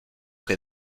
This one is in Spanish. que